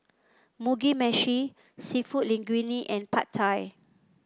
Mugi Meshi seafood Linguine and Pad Thai